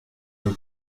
nur